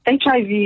HIV